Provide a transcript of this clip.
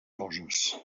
coses